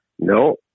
No